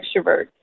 extrovert